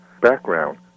background